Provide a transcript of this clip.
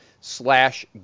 slash